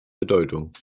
bedeutung